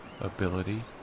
ability